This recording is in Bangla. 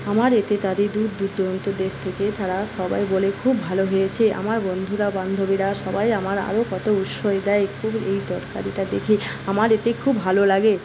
আমার এতে তাতে দূরদূরান্ত দেশ থেকে তারা সবাই বলে খুব ভালো হয়েছে আমার বন্ধুরা বান্ধবীরা সবাই আমার আরও কত উৎসাহ দেয় খুব এই তরকারিটা দেখে আমার এতে খুব ভালো লাগে